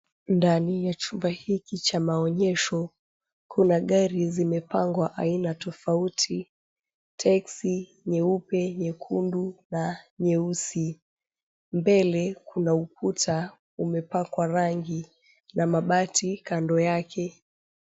Ndani ya chumba hiki cha maonyesho kuna gari zimepangwa aina tofauti, taxi nyeupe, nyekundu na nyeusi. Mbele kuna ukuta umepakwa rangi na mabati kando yake.